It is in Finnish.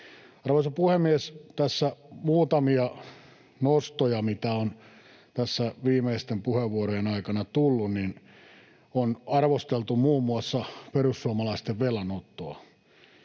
Arvoisa puhemies! Tässä muutamia nostoja, mitä on tässä viimeisten puheenvuorojen aikana tullut. On arvosteltu muun muassa perussuomalaisten velanottoa.